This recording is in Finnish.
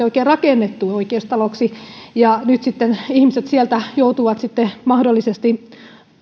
oikein rakennettu oikeustaloksi ja nyt sitten ihmiset sieltä joutuvat mahdollisesti